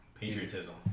patriotism